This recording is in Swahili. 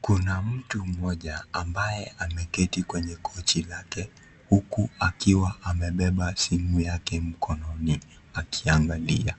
Kuna mtu mmoja ambaye ameketi kwenye kochi lake huku akiwa amebeba simu yake mkononi akiangalia